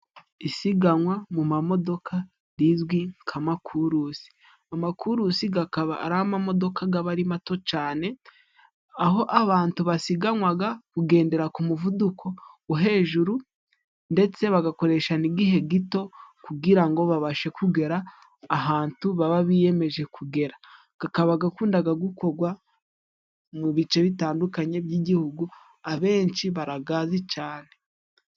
Isiganywa mu mamodoka rizwi nk'amakurusi. Amakurusi gakaba ari amamodoka gaba ari mato cane, aho abantu basiganywaga kugendera ku muvuduko wo hejuru ndetse bagakoresha n'igihe gito kugira ngo babashe kugera ahantu baba biyemeje kugera. Kakaba gakundaga gukogwa mu bice bitandukanye by'igihugu, abenshi baragazi cane.